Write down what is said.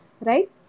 right